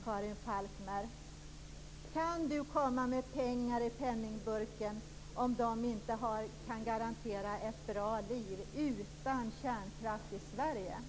Kan Karin Falkmer komma med pengar i penningburken om de inte kan garanteras ett bra liv i Sverige, utan kärnkraft?